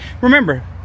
Remember